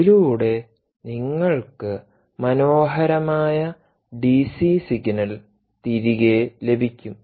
അതിലൂടെ നിങ്ങൾക്ക് മനോഹരമായ ഡിസി സിഗ്നൽ തിരികെ ലഭിക്കും